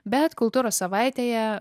bet kultūros savaitėje